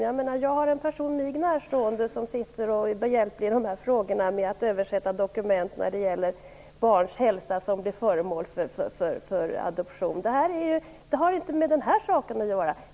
Det vet jag genom att en mig närstående person är behjälplig med att översätta dokument när det gäller hälsan hos barn som blir föremål för adoption. Det har alltså inte med den här saken att göra.